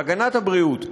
בהגנת הבריאות,